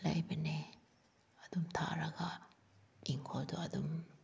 ꯂꯩꯕꯅꯦ ꯑꯗꯨꯝ ꯊꯥꯔꯒ ꯏꯪꯈꯣꯜꯗꯣ ꯑꯗꯨꯝ